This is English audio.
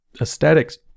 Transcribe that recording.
aesthetics